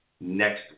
next